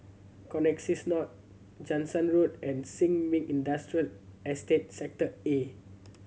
Connexis North Jansen Road and Sin Ming Industrial Estate Sector A